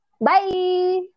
bye